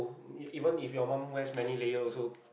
even if you mum wear many layer also